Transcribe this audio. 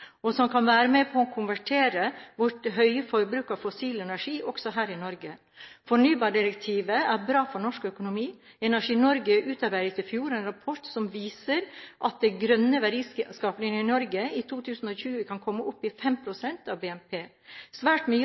og som kan være med på å konvertere vårt høye forbruk av fossil energi også her i Norge. Fornybardirektivet er bra for norsk økonomi. Energi Norge utarbeidet i fjor en rapport som viser at den grønne verdiskapingen i Norge i 2020 kan komme opp i 5 pst. av BNP. Svært mye